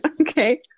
Okay